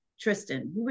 Tristan